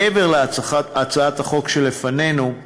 מעבר להצעת החוק שלפנינו.